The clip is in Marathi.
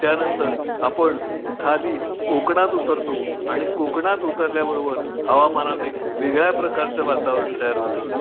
त्यानंतर आपण खाली कोकणात उतरतो आणि कोकणात उतरल्याबरोबर हवामानात एक वेगळ्या प्रकारचं वातावरण तयार होतं